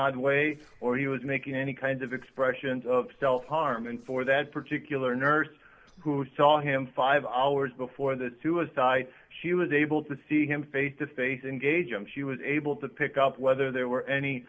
odd way or he was making any kind of expressions of self harm and for that particular nurse who saw him five hours before the suicide she was able to see him face to face engage him she was able to pick up whether there were any